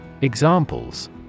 Examples